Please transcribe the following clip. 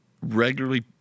regularly